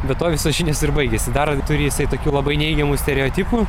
bet tuo visos žinios ir baigiasi dar turi jisai tokių labai neigiamų stereotipų